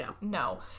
no